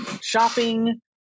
shopping